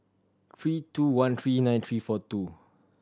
three two one three nine three four two